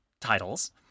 titles